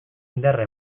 indarra